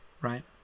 right